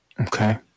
Okay